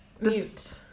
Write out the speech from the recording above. mute